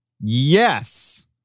Yes